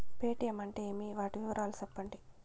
Paytm అంటే ఏమి, వాటి వివరాలు సెప్పండి?